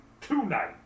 tonight